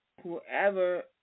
whoever